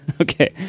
Okay